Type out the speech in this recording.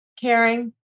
caring